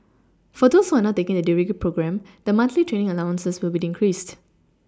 for those who are not taking the degree programme the monthly training allowances will be increased